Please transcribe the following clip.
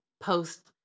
post